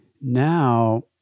now